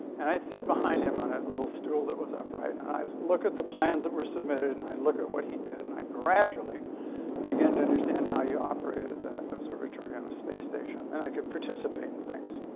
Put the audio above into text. and i'd sit behind him on a little stool that was upright. and i'd look at the plans that were submitted. and i'd look at what he did. and i gradually began to understand how you operated the observatory on a space station. and then i could participate in things.